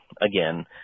again